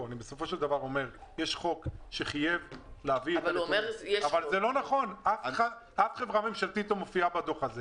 שאתם אומרים שבסך הכול הוא בא לעשות טוב והוא מעוניין לעשות טוב אלא